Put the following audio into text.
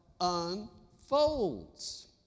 unfolds